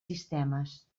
sistemes